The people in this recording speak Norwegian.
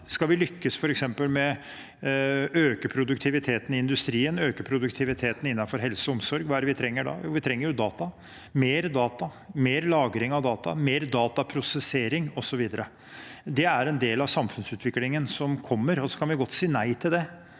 Skal vi f.eks. lykkes med å øke produktiviteten i industrien, øke produktiviteten innenfor helse og omsorg, hva er det vi trenger da? Jo, vi trenger data – mer data, mer lagring av data, mer dataprosessering, osv. Det er en del av samfunnsutviklingen som kommer. Vi kan godt si nei til det,